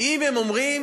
אם הם אומרים: